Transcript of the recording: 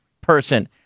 person